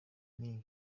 nti